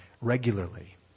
regularly